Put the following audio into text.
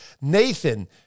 nathan